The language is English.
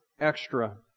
extra